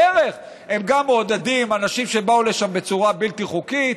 בדרך הם גם מעודדים אנשים שבאו לשם בצורה בלתי חוקית,